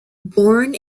born